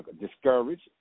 discouraged